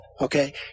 okay